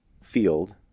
field